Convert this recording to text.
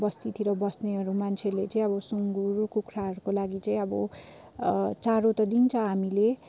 बस्तीतिर बस्नेहरू मान्छेहरूले चाहिँ अब सुँगुर कुखुराहरूको लागि चाहिँ अब चारो त दिन्छ हामीले